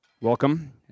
welcome